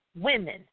women